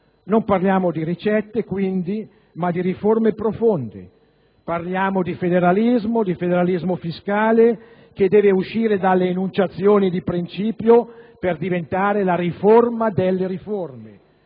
Non parliamo di ricette, dunque, ma di riforme profonde. Parliamo di federalismo fiscale, che deve uscire dalle enunciazioni di principio per diventare la «riforma delle riforme»,